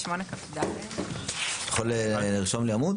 עמוד